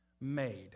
made